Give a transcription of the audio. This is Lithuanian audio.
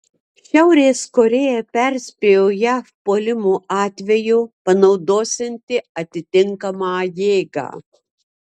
šiaurės korėja perspėjo jav puolimo atveju panaudosianti atitinkamą jėgą